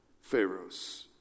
Pharaoh's